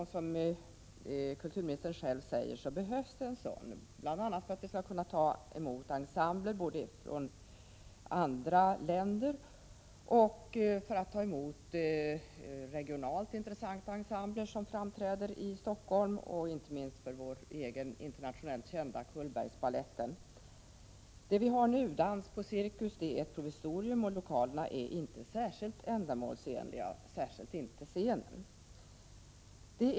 Och, som kulturministern själv säger, det behövs nu en sådan, bl.a. för att vi i Stockholm skall kunna ta emot ensembler från andra länder, regionalt 13 intressanta ensembler och inte minst vår egen internationellt kända Cullbergbaletten. Den lösning vi nu har, dans på Cirkus, är ett provisorium. Dessa lokaler är inte speciellt ändamålsenliga, särskilt inte scenen.